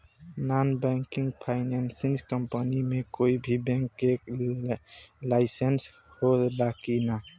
Non banking financial company मे कोई भी बैंक के लाइसेन्स हो ला कि ना?